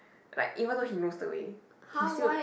like even though he knows the way he still